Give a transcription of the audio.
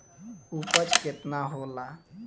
उपज केतना होला?